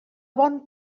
bon